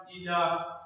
enough